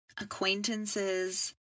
acquaintances